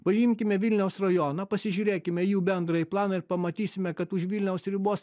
paimkime vilniaus rajoną pasižiūrėkime jų bendrąjį planą ir pamatysime kad už vilniaus ribos